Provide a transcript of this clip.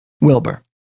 Wilbur